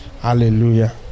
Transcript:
Hallelujah